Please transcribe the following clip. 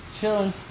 Chilling